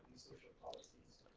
social policies,